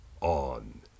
on